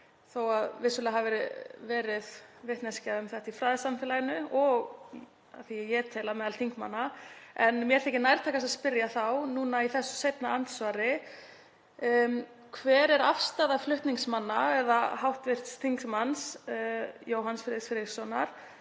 þótt vissulega hafi verið vitneskja um þetta í fræðasamfélaginu og, að því að ég tel, meðal þingmanna. En mér þykir þá nærtækast að spyrja í þessu seinna andsvari: Hver er afstaða flutningsmanna eða hv. þm. Jóhanns Friðriks Friðrikssonar